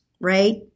right